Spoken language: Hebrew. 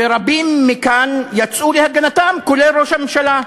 ורבים מכאן יצאו להגנתם, כולל ראש הממשלה.